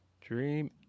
dream